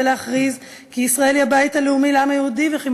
ולהכריז כי ישראל היא הבית הלאומי לעם היהודי וכי